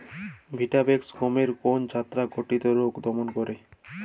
Vitavax গমের কোন ছত্রাক ঘটিত রোগ দমন করে?